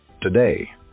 Today